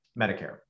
Medicare